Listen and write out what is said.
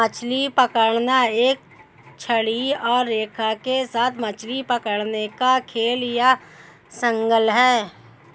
मछली पकड़ना एक छड़ी और रेखा के साथ मछली पकड़ने का खेल या शगल है